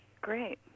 Great